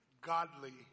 godly